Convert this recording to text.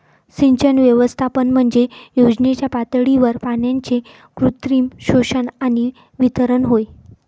सिंचन व्यवस्थापन म्हणजे योजनेच्या पातळीवर पाण्याचे कृत्रिम शोषण आणि वितरण होय